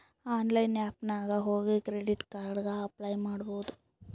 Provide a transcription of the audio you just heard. online app ನಾಗ್ ಹೋಗಿ credit card ಗ ಅಪ್ಲೈ ಮಾಡ್ಬೋದು